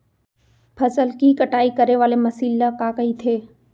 फसल की कटाई करे वाले मशीन ल का कइथे?